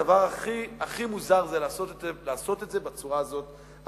הדבר הכי מוזר זה לעשות את זה בצורה הזאת,